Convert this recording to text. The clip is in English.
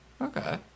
Okay